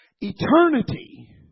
Eternity